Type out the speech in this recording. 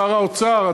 שר האוצר,